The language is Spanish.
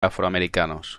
afroamericanos